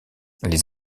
les